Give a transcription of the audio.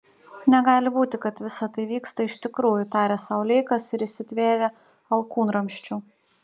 negali būti kad visa tai vyksta iš tikrųjų tarė sau leikas ir įsitvėrė alkūnramsčių